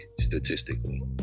statistically